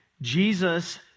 Jesus